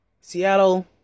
Seattle